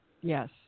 Yes